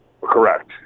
Correct